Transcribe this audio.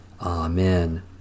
Amen